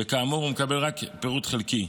וכאמור, הוא מקבל רק פירוט חלקי.